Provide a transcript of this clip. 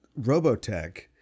Robotech